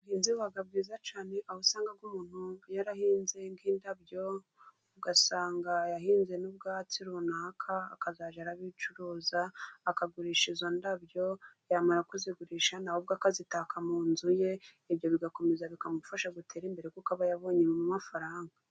Ubuhinzi buba bwiza cyane, aho usanga umuntu yarahinze nk'indabyo ugasanga yahinze n'ubwatsi runaka, akazajya abicuruza akagurisha, izo ndabyo yamara kuzigurisha na we akazitaka mu nzu ye, ibyo bigakomeza bikamufasha gutera imbere kuko aba yabonyemo amafaranga.